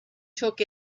took